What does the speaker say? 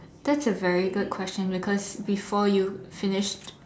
that's a very good question because before you finished